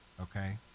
okay